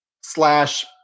slash